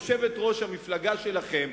יושבת-ראש המפלגה שלכם